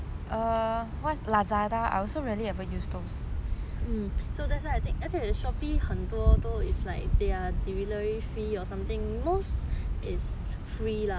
mm so that's why I think that's the shopee 很多都 it's like their delivery fee or something most is free lah only some maybe 有